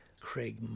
Craig